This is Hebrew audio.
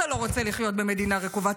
אתה לא רוצה לחיות במדינה רקובה.